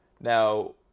Now